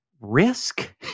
risk